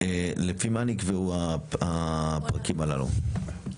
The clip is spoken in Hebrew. לפי מה נקבעו הפרקים הללו?